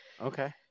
Okay